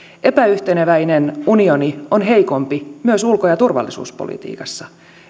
epäyhteneväinen unioni on heikompi myös ulko ja turvallisuuspolitiikassa